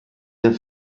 der